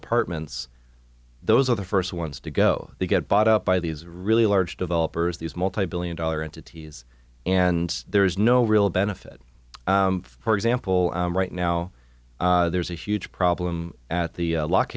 apartments those are the first ones to go they get bought up by these really large developers these multi billion dollar entities and there's no real benefit for example right now there's a huge problem at the lock